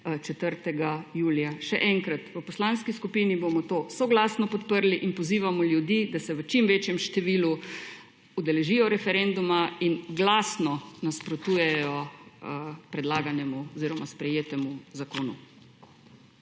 4. julija. Še enkrat, v poslanski skupini bomo to soglasno podprli in pozivamo ljudi, da se v čim večjem številu udeležijo referenduma in glasno nasprotujejo predlaganemu oziroma sprejetemu zakonu.